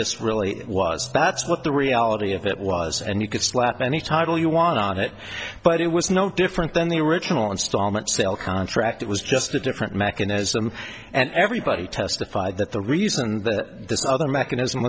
this really was that's what the reality of it was and you could slap any title you want on it but it was no different than the original installment sale contract it was just a different mechanism and everybody testified that the reason that this other mechanism